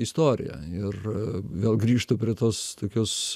istorija ir vėl grįžtu prie tos tokios